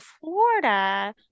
Florida